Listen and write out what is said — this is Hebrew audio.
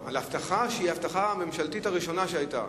על הבטחה, שהיא ההבטחה הממשלתית הראשונה שהיתה.